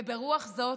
וברוח זו,